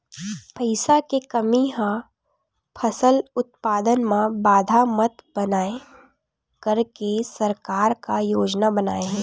पईसा के कमी हा फसल उत्पादन मा बाधा मत बनाए करके सरकार का योजना बनाए हे?